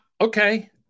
okay